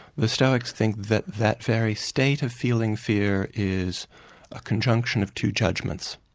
the stoics think that that very state of feeling fear is a conjunction of two judgments.